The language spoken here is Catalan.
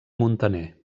muntaner